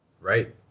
Right